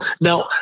now